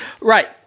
right